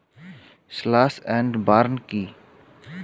Slash and burn কি?